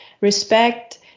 respect